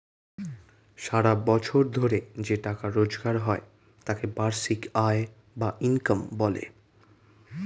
সারা বছর ধরে যে টাকা রোজগার হয় তাকে বার্ষিক আয় বা ইনকাম বলে